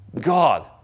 God